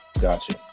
Gotcha